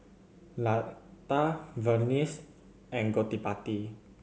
Lata Verghese and Gottipati